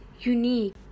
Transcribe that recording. unique